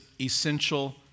Essential